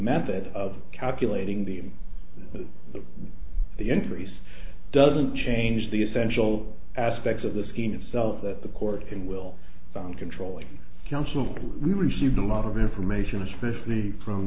method of calculating the of the the entries doesn't change the essential aspects of the scheme itself that the court will sound controlling counsel we received a lot of information especially from